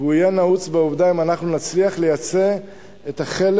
יהיה נעוץ בשאלה אם נצליח לייצא את החלק